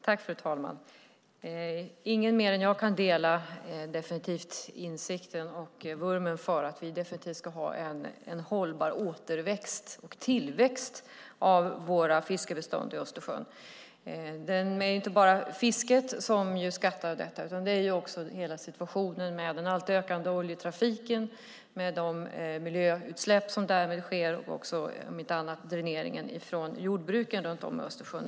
Fru talman! Ingen kan mer än jag dela insikten om och vurmen för att vi definitivt ska ha en hållbar återväxt och tillväxt av våra fiskbestånd i Östersjön. Det är inte bara fisket att ta tag i utan hela situationen med den allt ökande oljetrafiken och de miljöutsläpp som därmed sker och om inte annat dräneringen från jordbruken runt om Östersjön.